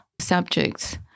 subjects